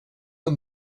and